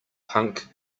punk